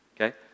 Okay